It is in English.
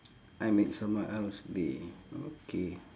I made someone else day